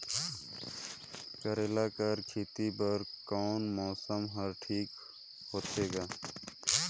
करेला कर खेती बर कोन मौसम हर ठीक होथे ग?